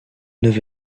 neuf